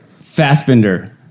Fassbender